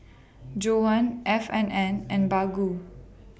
Johan F and N and Baggu